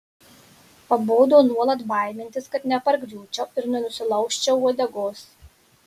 pabodo nuolat baimintis kad nepargriūčiau ir nenusilaužčiau uodegos